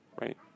right